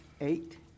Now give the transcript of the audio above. eight